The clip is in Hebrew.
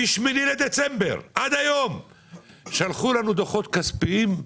מ-8 לדצמבר שלחו לנו דוחות כספיים,